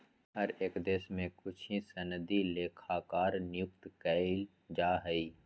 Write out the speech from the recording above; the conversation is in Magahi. हर एक देश में कुछ ही सनदी लेखाकार नियुक्त कइल जा हई